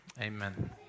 Amen